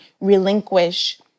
relinquish